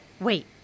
Wait